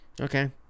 Okay